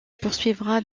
poursuivra